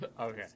Okay